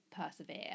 persevere